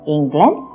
England